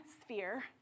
sphere